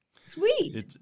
sweet